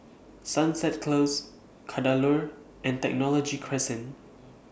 Sunset Close Kadaloor and Technology Crescent